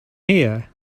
here